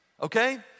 okay